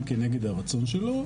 גם כנגד הרצון שלו,